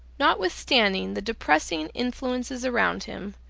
notwithstanding the depressing influences around him,